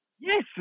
Yes